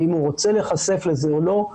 ואם הוא רוצה להיחשף לזה או לא,